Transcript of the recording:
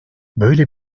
böyle